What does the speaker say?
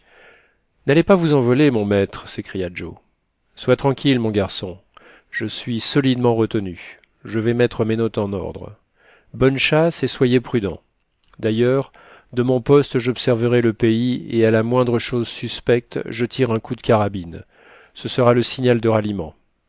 n'allez pas vous envoler mon maître s'écria joe sois tranquille mon garçon je suis solidement retenu je vais mettre mes notes en ordre bonne chasse et soyez prudents d'ailleurs de mon poste j'observerai le pays et à la moindre chose suspecte je tire un coup de carabine ce sera le signal de ralliement